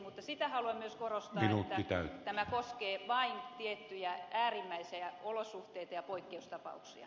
mutta sitä haluan myös korostaa että tämä koskee vain tiettyjä äärimmäisiä olosuhteita ja poikkeustapauksia